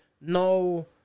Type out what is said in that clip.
no